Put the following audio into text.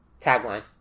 Tagline